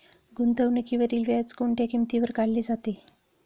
गुंतवणुकीवरील व्याज कोणत्या किमतीवर काढले जाते?